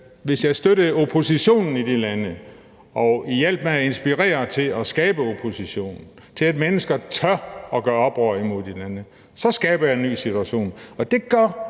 tværtimod støttede oppositionen i de lande og hjalp med at inspirere til at skabe opposition, til, at mennesker tør at gøre oprør imod de lande, så skaber jeg en ny situation.